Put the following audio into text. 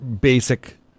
basic